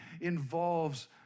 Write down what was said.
involves